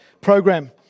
program